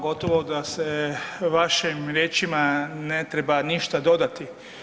Gotovo da se vašim riječima ne treba ništa dodati.